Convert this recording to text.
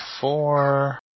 four